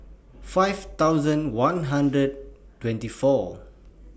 five thousand one hundred twenty four